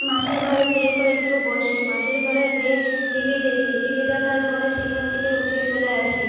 মাসির ঘরে যেয়ে পরে একটু বসি মাসির ঘরে যেয়ে টিভি দেখি টিভি দেখার পরে সেখান থেকে উঠে চলে আসি